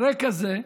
על רקע זה,